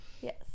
Yes